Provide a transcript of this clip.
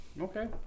Okay